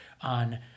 on